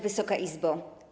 Wysoka Izbo!